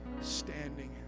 standing